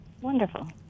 wonderful